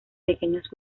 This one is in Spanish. pequeños